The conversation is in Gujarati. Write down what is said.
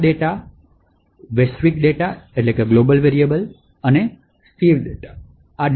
બધા ડેટા વૈશ્વિક ડેટા અને સ્થિર ડેટા આ data સેગમેન્ટમાં કોપી કરેલા છે